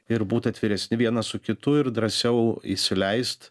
ir būti atviresni vienas su kitu ir drąsiau įsileist